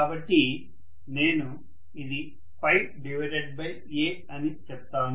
కాబట్టి నేను ఇది A అని చెప్తాను